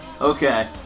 Okay